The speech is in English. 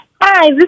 Hi